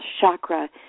chakra